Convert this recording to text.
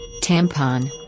Tampon